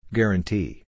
Guarantee